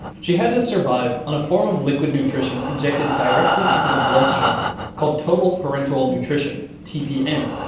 she had to survive on a form of liquid nutrition injected directly into the bloodstream called total parenteral nutrition tpn.